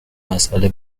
مسئله